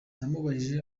namubajije